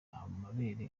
amabere